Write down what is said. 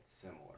similar